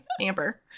amber